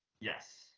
Yes